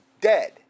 dead